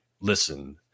listen